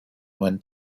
when